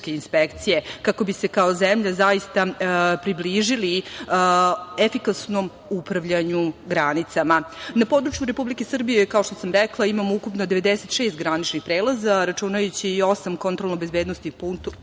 kako bi se kao zemlja zaista približili efikasnom upravljanju granicama. Na području Republike Srbije, kao što sam rekla imamo ukupno 96 graničnih prelaza, računajući i osam kontrolno-bezbednosnih punktova